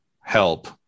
help